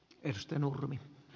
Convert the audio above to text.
arvoisa puhemies